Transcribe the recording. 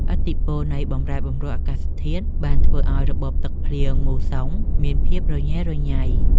ឥទ្ធិពលនៃបម្រែបម្រួលអាកាសធាតុបានធ្វើឱ្យរបបទឹកភ្លៀងមូសុងមានភាពរញ៉េរញ៉ៃ។